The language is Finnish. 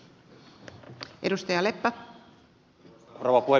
rouva puhemies